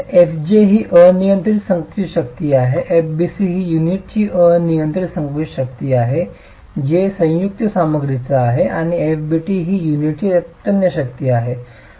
fj ही अनियंत्रित संकुचित शक्ती आहे fbc ही युनिटची अनियंत्रित संकुचित शक्ती आहे j संयुक्त सामग्रीची आहे आणि fbt ही युनिटची तन्य शक्ती आहे